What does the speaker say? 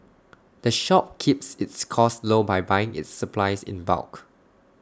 the shop keeps its costs low by buying its supplies in bulk